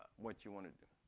what you want to do.